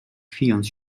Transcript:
chwiejąc